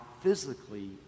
physically